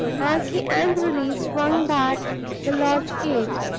as he angrily swung back the lodge gate.